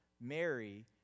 Mary